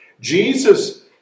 Jesus